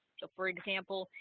so for example,